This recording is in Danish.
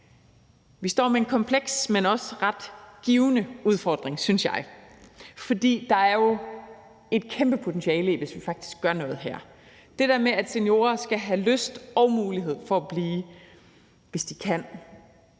Vi står med en kompleks, men også ret givende udfordring, synes jeg, for der er jo et kæmpe potentiale, hvis vi faktisk gør noget her, for at seniorer skal have lyst til og mulighed for at blive, hvis de kan.